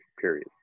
period